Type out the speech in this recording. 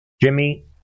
Jimmy